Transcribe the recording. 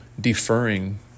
deferring